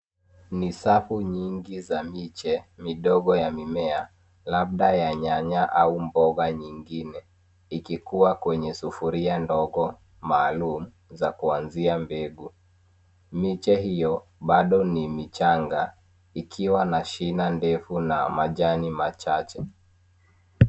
Ni safu nyingi za miche midogo ya mimea, labda ya nyanya au mboga nyingine. Ikikua kwenye sufuria ndogo maalumu za kuanzia mbegu. Miche hio bado ni michanga , ikiwa na shina ndefu na majani machache.